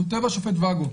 כותב השופט ואגו: